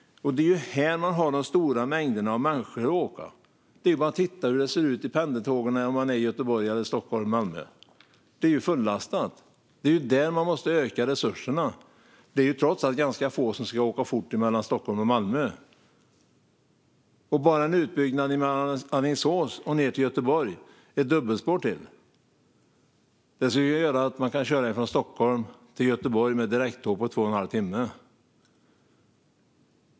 Men det är ju där vi har de stora mängderna med människor som åker. Det är bara att titta hur det ser ut på pendeltågen i Göteborg, Stockholm eller Malmö - det är fullastat. Det är där man måste öka resurserna. Det är trots allt ganska få som ska åka fort mellan Stockholm och Malmö. Bara en utbyggnad mellan Alingsås och ned till Göteborg - ett dubbelspår till - skulle göra att man kan köra från Stockholm till Göteborg med direkttåg på två och en halv timme.